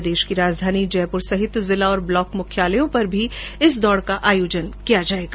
प्रदेश की राजधानी जयपुर सहित जिला और ब्लॉक मुख्यालयों पर भी इस दौड का आयोजन किया जायेगा